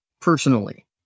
personally